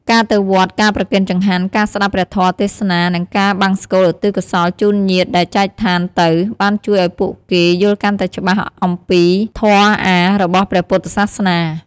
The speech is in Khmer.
ការទៅវត្ត ការប្រគេនចង្ហាន់ ការស្ដាប់ព្រះធម៌ទេសនា និងការបង្សុកូលឧទ្ទិសកុសលជូនញាតិដែលចែកឋានទៅ បានជួយឲ្យពួកគេយល់កាន់តែច្បាស់អំពីធម៌អាថ៌របស់ព្រះពុទ្ធសាសនា។